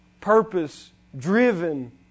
purpose-driven